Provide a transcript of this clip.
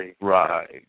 Right